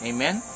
Amen